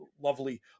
Lovely